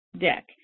deck